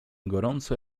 gorąco